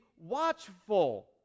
watchful